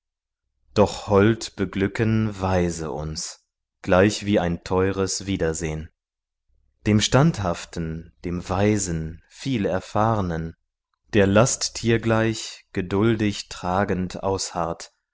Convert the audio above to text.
doch hold beglücken weise uns gleichwie ein teures wiedersehn dem standhaften dem weisen vielerfahrnen der lasttiergleich geduldig tragend ausharrt